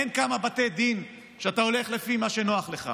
אין כמה בתי דין, שאתה הולך לפי מה שנוח לך